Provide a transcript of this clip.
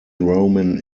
roman